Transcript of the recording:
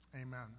Amen